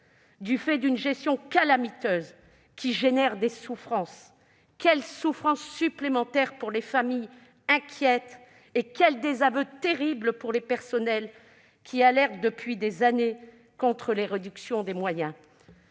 Du fait d'une gestion calamiteuse, qui génère des souffrances ! Quelles souffrances supplémentaires pour les familles, inquiètes et quel désaveu terrible pour les personnels, qui alertent depuis des années contre la réduction des moyens